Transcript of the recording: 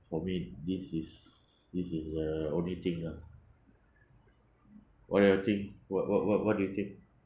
for me this is this is the only thing lah what do you think what what what what do you think